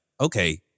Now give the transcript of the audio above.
okay